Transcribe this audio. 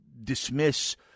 dismiss